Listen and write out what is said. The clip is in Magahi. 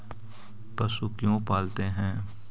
पशु क्यों पालते हैं?